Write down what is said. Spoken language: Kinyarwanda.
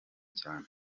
cyane